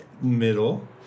middle